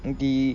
nanti